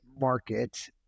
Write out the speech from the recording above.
market